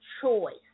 choice